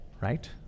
right